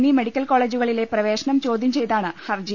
എന്നീ മെഡിക്കൽ കോളേജുകളിലെ പ്രവേശനം ചോദൃം ചെയ്താണ് ഹർജി